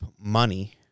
Money